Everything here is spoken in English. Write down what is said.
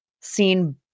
seen